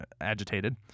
agitated